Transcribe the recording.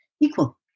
equal